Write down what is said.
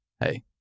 hey